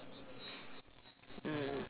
mm